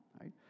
right